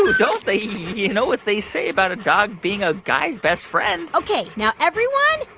don't they? you know what they say about a dog being a guy's best friend ok. now, everyone,